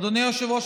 אדוני היושב-ראש,